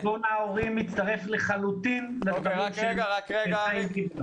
ארגון ההורים מצטרף לחלוטין לדברים של חיים ביבס,